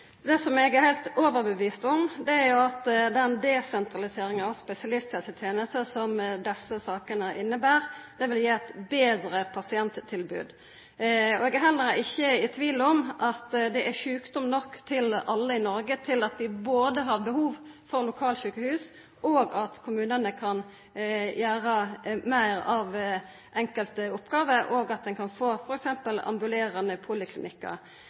Det som eg er heilt overtydd om, er at den desentraliseringa av spesialisthelsetenesta som desse sakene inneber, vil gi eit betre pasienttilbod. Eg er heller ikkje i tvil om at det er sjukdom nok i Noreg til at vi har behov for både lokalsjukehus og at kommunane kan gjera meir av enkelte oppgåver, og at ein kan få f.eks. ambulerande poliklinikkar.